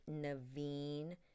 naveen